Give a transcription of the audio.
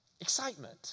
excitement